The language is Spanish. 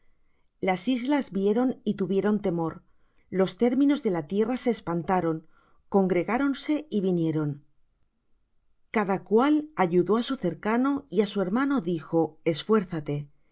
las islas vieron y tuvieron temor los términos de la tierra se espantaron congregáronse y vinieron cada cual ayudó á su cercano y á su hermano dijo esfuérzate